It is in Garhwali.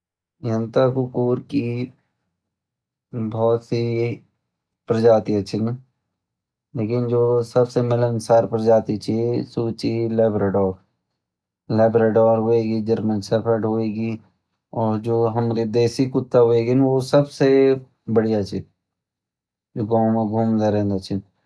यान ता कुकूर की कई प्रजाति छिन लेकिन जु सबसे मिलनसार प्रजाति छीन सू छीन लरबराडॉर हुइगी जर्मन शेफर हुइगी और जो हमरे देसी कुत्ता हुएगिन सू सबसे बढ़िया च